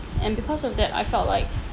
and because of that I felt like